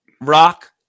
Rock